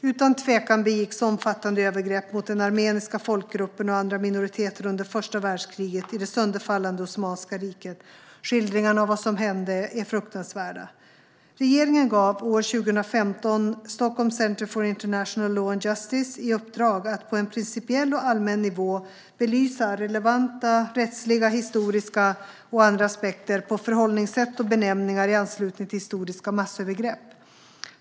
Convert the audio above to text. Utan tvekan begicks omfattande övergrepp mot den armeniska folkgruppen och andra minoriteter under första världskriget i det sönderfallande Osmanska riket. Skildringarna av vad som hände är fruktansvärda. Regeringen gav år 2015 Stockholm Center for International Law and Justice i uppdrag att på en principiell och allmän nivå belysa relevanta rättsliga, historiska och andra aspekter på förhållningssätt och benämningar i anslutning till historiska massövergrepp.